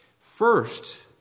First